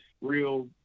real